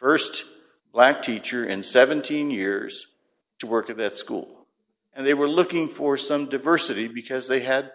the st black teacher in seventeen years to work at that school and they were looking for some diversity because they had